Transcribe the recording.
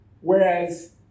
Whereas